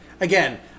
Again